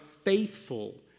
faithful